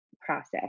process